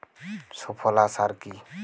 সুফলা সার কি?